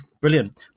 brilliant